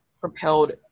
propelled